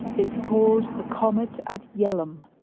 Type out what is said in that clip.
it's called the comet at yell'ham.